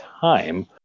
time